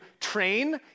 train